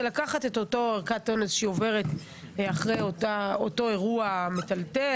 זה לקחת את אותה ערכת אונס שהיא עוברת אחרי אותו אירוע מטלטל,